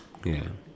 ya